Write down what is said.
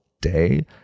day